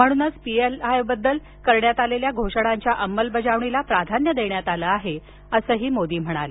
म्हणूनच P L I बाबत करण्यात आलेल्या घोषणांच्या अंमलबजावणीला प्राधान्य देण्यात आलं आहे असंही मोदी म्हणाले